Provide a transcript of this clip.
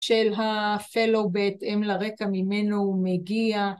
‫של ה-Fellow בהתאם לרקע ממנו מגיע.